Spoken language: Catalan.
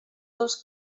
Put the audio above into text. dels